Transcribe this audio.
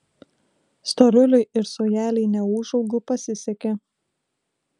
storuliui ir saujelei neūžaugų pasisekė